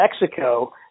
Mexico